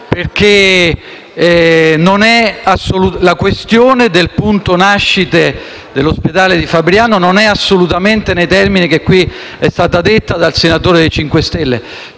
perché la questione del punto nascite dell'ospedale di Fabriano non è assolutamente nei termini in cui è stata esposta dal senatore del MoVimento 5 Stelle.